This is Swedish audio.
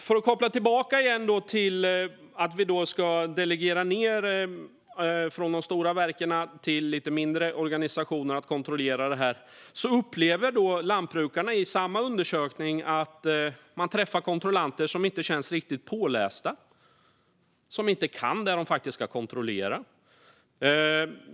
För att koppla tillbaka till att vi ska delegera från de stora verken till de lite mindre organisationerna att kontrollera det här upplever lantbrukarna i samma undersökning som jag nämnde att man träffar kontrollanter som inte känns riktigt pålästa och inte kan det som de faktiskt ska kontrollera.